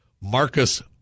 Marcus